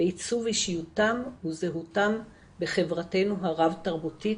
בעיצוב אישיותם וזהותם בחברתנו הרב תרבותית